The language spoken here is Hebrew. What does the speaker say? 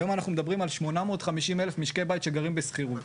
היום אנחנו מדברים על 850,000 משקי בית שגרים בשכירות.